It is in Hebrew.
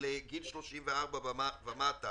אדוני.